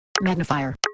Magnifier